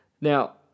Now